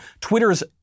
Twitter's